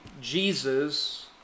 Jesus